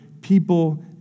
people